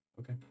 okay